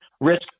risk